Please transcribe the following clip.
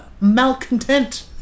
malcontent